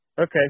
Okay